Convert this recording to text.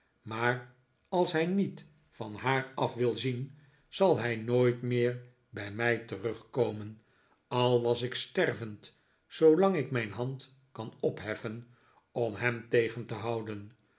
maar als hij niet van haar af wil zien zal hij nooit meer bij mij terugkomen al was ik stervend zoolang ik mijn hand kan opheffen om hem tegen te houden